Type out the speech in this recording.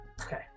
Okay